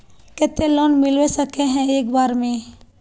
केते लोन मिलबे सके है एक बार में?